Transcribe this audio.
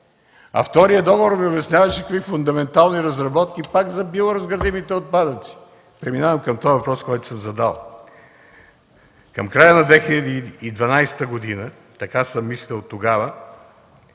за втория договор ми обясняваше какви фундаментални разработки – пак за биоразградимите отпадъци?! Преминавам към въпроса, който съм задал. Към края на 2012 г., така съм мислел тогава